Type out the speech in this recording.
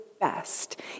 Best